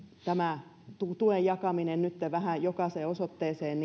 tämä tuen tuen jakaminen nytten vähän jokaiseen osoitteeseen